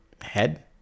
Head